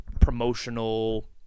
promotional